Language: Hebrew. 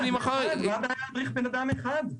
למה לא להדריך אדם אחד?